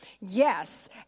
Yes